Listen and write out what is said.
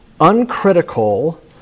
uncritical